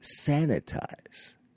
sanitize